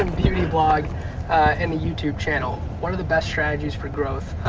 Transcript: and beauty blog and a youtube channel. what are the best strategies for growth